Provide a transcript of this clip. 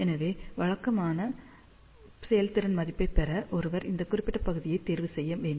எனவே வழக்கமான செயல்திறன் மதிப்பை பெற ஒருவர் இந்த குறிப்பிட்ட பகுதியைத் தேர்வு செய்ய வேண்டும்